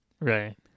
Right